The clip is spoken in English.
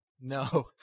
No